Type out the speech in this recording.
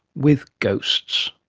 with ghosts.